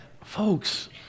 Folks